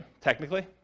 technically